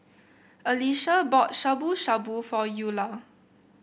Alesha bought Shabu Shabu for Eulah